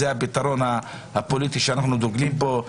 זה הפתרון הפוליטי שאנחנו דוגלים בו,